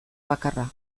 bakarra